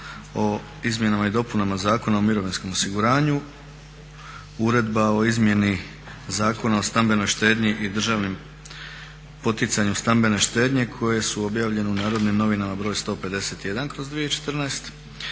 o izmjenama i dopunama Zakona o mirovinskom osiguranju, uredba o izmjeni Zakona o stambenoj štednji i državnim poticanju stambene štednje koje su objavljene u NN br. 151/2014,